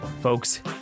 folks